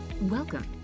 Welcome